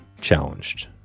challenged